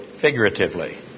Figuratively